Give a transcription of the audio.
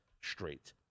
straight